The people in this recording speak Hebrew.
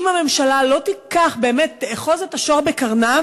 אם הממשלה לא תאחז את השור בקרניו,